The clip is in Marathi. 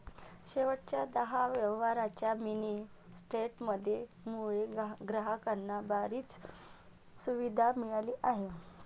शेवटच्या दहा व्यवहारांच्या मिनी स्टेटमेंट मुळे ग्राहकांना बरीच सुविधा मिळाली आहे